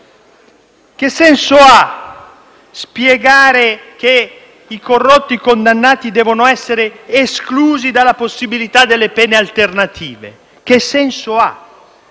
Che senso ha spiegare che i corrotti, una volta condannati, devono essere esclusi dalla possibilità delle pene alternative? Che senso hanno